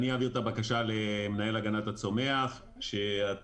אני אעביר את הבקשה למנהל הגנת הצומח שיגביר